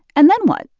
and then what?